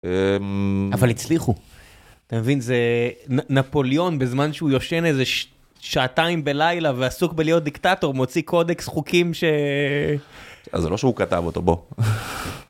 אבל הצליחו, אתה מבין זה נפוליאון בזמן שהוא יושן איזה שעתיים בלילה ועסוק בלהיות דיקטטור מוציא קודקס חוקים ש... אז זה לא שהוא כתב אותו, בוא.